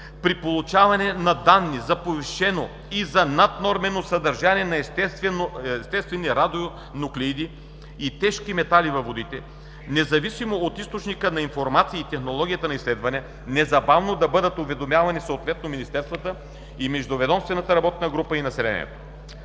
При получаване на данни за повишено и за наднормативно съдържание на естествени радионуклиди и тежки метали във водите, независимо от източника на информация и технологията на изследванията, незабавно да бъдат уведомявани съответните министерства и междуведомствената работна група и населението.